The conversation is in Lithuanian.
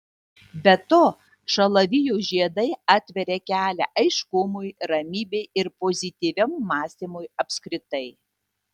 be to šalavijų žiedai atveria kelią aiškumui ramybei ir pozityviam mąstymui apskritai